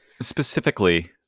specifically